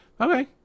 Okay